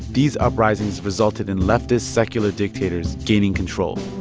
these uprisings resulted in leftist, secular dictators gaining control,